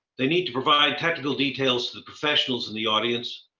they need to provide technical details to the professionals in the audience,